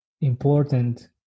important